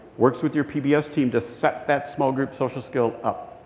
works with your pbs team to set that small-group social skill up.